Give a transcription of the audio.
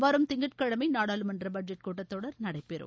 வரும் திங்கட்கிழமை நாடாளுமன்ற பட்ஜெட் கூட்டத்தொடர் நடைபெறும்